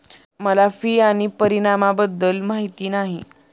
मला फी आणि परिणामाबद्दल माहिती नाही